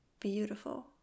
beautiful